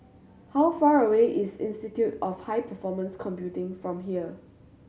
how far away is Institute of High Performance Computing from here